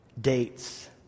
dates